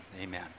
Amen